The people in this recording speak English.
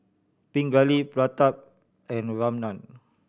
Pingali Pratap and Ramnath